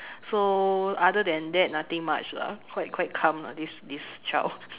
so other than that nothing much lah quite quite calm lah this this child